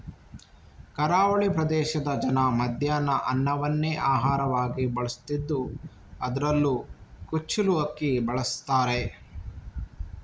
ಕರಾವಳಿ ಪ್ರದೇಶದ ಜನ ಮಧ್ಯಾಹ್ನ ಅನ್ನವನ್ನೇ ಆಹಾರವಾಗಿ ಬಳಸ್ತಿದ್ದು ಅದ್ರಲ್ಲೂ ಕುಚ್ಚಿಲು ಅಕ್ಕಿ ಬಳಸ್ತಾರೆ